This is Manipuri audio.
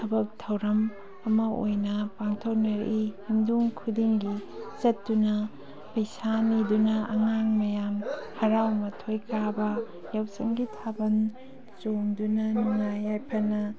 ꯊꯕꯛ ꯊꯧꯔꯝ ꯑꯃ ꯑꯣꯏꯅ ꯄꯥꯡꯊꯣꯛꯅꯔꯛꯏ ꯌꯨꯝꯗꯣꯡ ꯈꯨꯗꯤꯡꯒꯤ ꯆꯠꯇꯨꯅ ꯄꯩꯁꯥ ꯅꯤꯗꯨꯅ ꯑꯉꯥꯡ ꯃꯌꯥꯝ ꯍꯔꯥꯎ ꯃꯊꯣꯏ ꯀꯥꯕ ꯌꯥꯎꯁꯪꯒꯤ ꯊꯥꯕꯜ ꯆꯣꯡꯗꯨꯅ ꯅꯨꯡꯉꯥꯏ ꯌꯥꯏꯐꯅ